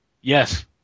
Yes